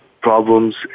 problems